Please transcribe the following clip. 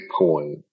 Bitcoin